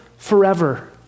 Forever